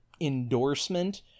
endorsement